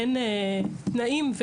אין תנאים,